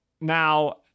now